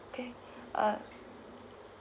okay uh